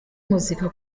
muzika